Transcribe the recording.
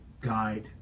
guide